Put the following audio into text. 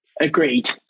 Agreed